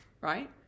right